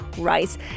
rice